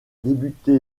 débuté